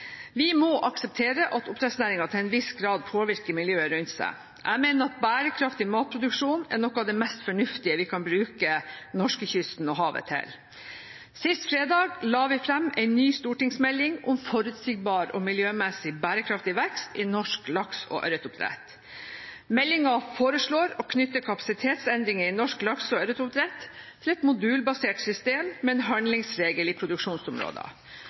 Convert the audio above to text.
Vi må akseptere at oppdrettsnæringen til en viss grad påvirker miljøet rundt. Jeg mener at bærekraftig matproduksjon er noe av det mest fornuftige vi kan bruke norskekysten og havet til. Sist fredag la vi fram en ny stortingsmelding – Forutsigbar og miljømessig bærekraftig vekst i norsk lakse- og ørretoppdrett. Meldingen foreslår å knytte kapasitetsendringer i norsk lakse- og ørrettoppdrett til et modulbasert system med en handlingsregel i